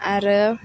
आरो